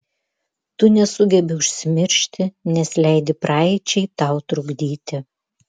tu nesugebi užsimiršti nes leidi praeičiai tau trukdyti